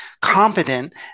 competent